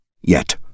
Yet